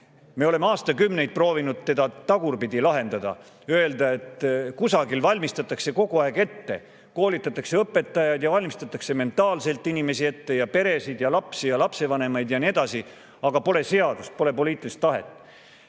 Me oleme aastakümneid proovinud seda tagurpidi lahendada, öelda, et kusagil valmistatakse kogu aeg ette, koolitatakse õpetajaid ja valmistatakse mentaalselt inimesi ette, peresid ja lapsi ja lapsevanemaid ja nii edasi. Aga pole seadust, pole poliitilist tahet.